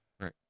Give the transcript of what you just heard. Right